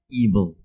evil